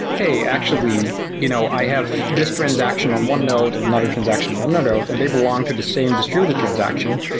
hey, actually, you know i have this transaction on one node and another transaction on another node and they belong to the same distributed transaction.